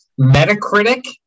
Metacritic